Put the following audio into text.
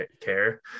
care